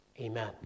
Amen